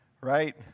Right